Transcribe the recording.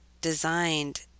designed